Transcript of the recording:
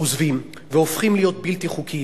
עוזבים והופכים להיות בלתי חוקיים,